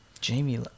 jamie